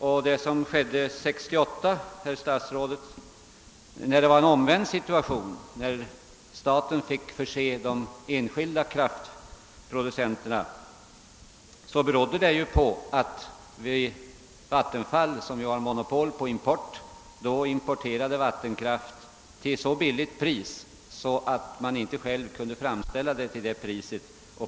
Det som inträffade år 1968, herr statsråd, när situationen var den omvända och staten fick förse de enskilda kraftproducenterna med kraft, berodde ju på att Vattenfall, som har monopol på import, då importerade vattenkraft så billigt att man inte själv kunde framställa den till det priset.